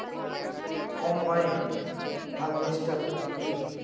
Combine harvester কি?